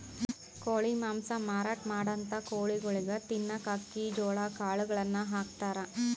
ಕೋಳಿ ಮಾಂಸ ಮಾರಾಟ್ ಮಾಡಂಥ ಕೋಳಿಗೊಳಿಗ್ ತಿನ್ನಕ್ಕ್ ಅಕ್ಕಿ ಜೋಳಾ ಕಾಳುಗಳನ್ನ ಹಾಕ್ತಾರ್